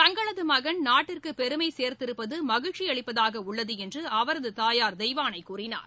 தங்களது மகன் நாட்டிற்கு பெருமை சேர்த்திருப்பது மகிழ்ச்சியளிப்பதாக உள்ளது என்று அவரது தாயார் தெய்வானை கூறினார்